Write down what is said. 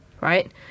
right